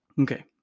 Okay